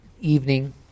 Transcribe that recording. evening